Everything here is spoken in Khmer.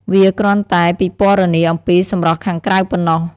វាគ្រាន់តែពិពណ៌នាអំពីសម្រស់ខាងក្រៅប៉ុណ្ណោះ។